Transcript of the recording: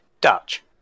Dutch